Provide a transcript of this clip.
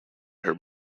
her